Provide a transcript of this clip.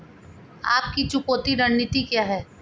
आपकी चुकौती रणनीति क्या है?